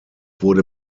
wurde